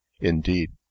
Indeed